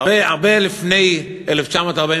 הרבה לפני 1948,